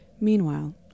Meanwhile